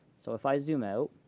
so if i zoom out,